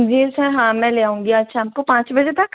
जी sir हाँ मैं ले आऊंगी आज शाम को पाँच बजे तक